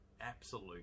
absolute